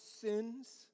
sins